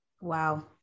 Wow